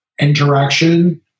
interaction